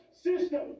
system